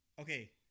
okay